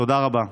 תודה רבה.